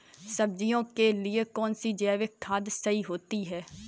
सब्जियों के लिए कौन सी जैविक खाद सही होती है?